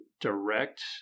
direct